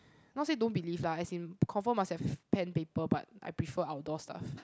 not say don't believe lah as in confirm must have pen paper but I prefer outdoor staff